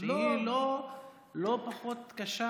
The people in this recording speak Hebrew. שהיא לא פחות קשה